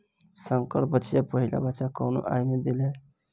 संकर बछिया पहिला बच्चा कवने आयु में देले?